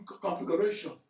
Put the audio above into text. configuration